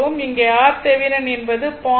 இங்கே RThevenin என்பது 0